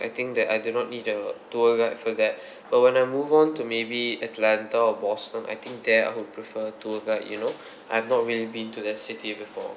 I think that I do not need a tour guide for that but when I move on to maybe atlanta or boston I think there I would prefer tour guide you know I've not really been to the city before